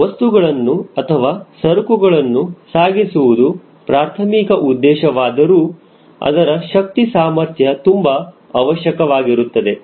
ವಸ್ತುಗಳನ್ನು ಅಥವಾ ಸರಕುಗಳನ್ನು ಸಾಗಿಸುವುದು ಪ್ರಾರ್ಥಮಿಕ ಉದ್ದೇಶವಾದರೂ ಅದರ ಶಕ್ತಿ ಸಾಮರ್ಥ್ಯ ತುಂಬಾ ಅವಶ್ಯಕವಾಗಿರುತ್ತದೆ